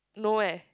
no eh